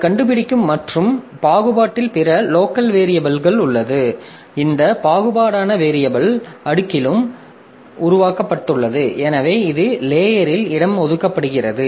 அது கண்டுபிடிக்கும் மற்றும் பாகுபாட்டில் பிற லோக்கல் வேரியபில் உள்ளது இந்த பாகுபாடான வேரியபில் அடுக்கிலும் உருவாக்கப்பட்டுள்ளது எனவே இது லேயரில் இடம் ஒதுக்கப்படுகிறது